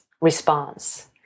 response